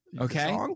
Okay